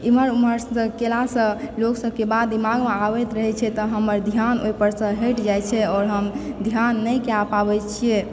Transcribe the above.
एम्हर ओम्हर केला सऽ लोक सबके बात दिमाग मे आबैत रहै छै तऽ हमर ध्यान ओहि पर सऽ हटि जाय छै आओर हम ध्यान नहि कय पाबै छियै